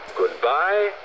goodbye